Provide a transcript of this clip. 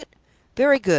very good!